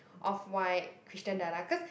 off white Christian dada